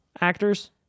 actors